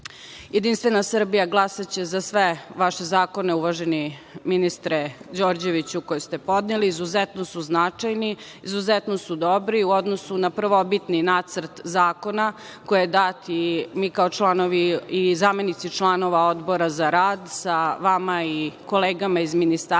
invalida. Jedinstvena Srbija glasaće za sve vaše zakone, uvaženi ministre Đorđeviću, koje ste podneli. Izuzetno su značajni, izuzetno su dobri u odnosu na prvobitni nacrt zakona koji je dat. Mi kao članovi i zamenici članova Odbora za rad sa vama i kolegama iz ministarstva